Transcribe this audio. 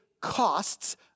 costs